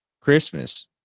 christmas